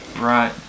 Right